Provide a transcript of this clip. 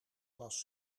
glas